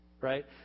Right